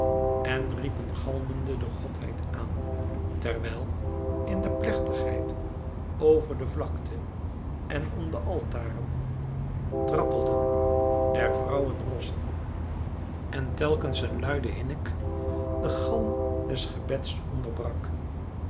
en riepen galmende de godheid aan terwijl in plechtigheid over de vlakte en om de altaren trappelden der vrouwen rossen en telkens een luide hinnik den galm des gebeds onderbrak